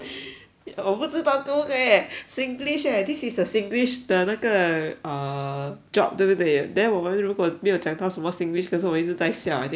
我不知道 eh singlish eh this is a singlish 的那个 err job 对不对 then 我们如果没有讲到什么 singlish 可是我们一直在笑 I think 那个人会